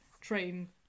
train